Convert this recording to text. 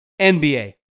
NBA